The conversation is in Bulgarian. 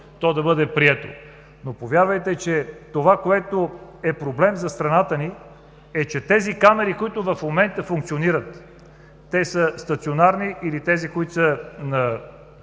което е проблем за страната ни е, че тези камери, които в момента функционират – стационарни, или тези, които са